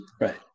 Right